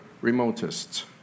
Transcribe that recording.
remotest